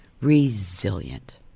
resilient